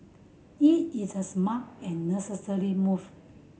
it is a smart and necessary move